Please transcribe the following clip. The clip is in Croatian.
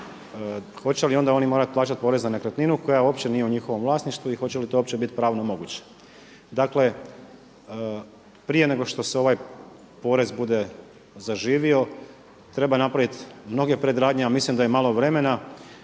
Hoće li onda oni morati plaćati porez na nekretninu koja uopće nije u njihovom vlasništvu? I hoće li to uopće biti pravno moguće? Dakle, prije nego što se ovaj porez bude zaživio, treba napraviti mnoge predradnje, a mislim da je malo vremena